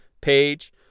page